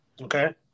okay